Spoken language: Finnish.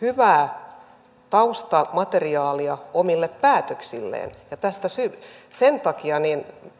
hyvää taustamateriaalia omille päätöksilleen sen takia